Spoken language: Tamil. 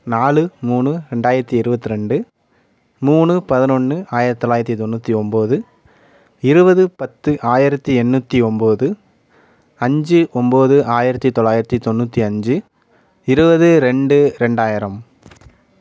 நாலு மூணு ரெண்டாயிரத்தி இருபத்தி ரெண்டு மூணு பதினொன்று ஆயிரத்தி தொள்ளாயிரத்தி தொண்ணூற்றி ஒம்போது இருபது பத்து ஆயிரத்தி எண்ணூற்றி ஒம்போது அஞ்சு ஒம்போது ஆயிரத்தி தொள்ளாயிரத்தி தொண்ணூற்றி அஞ்சு இருபது ரெண்டு ரெண்டாயிரம்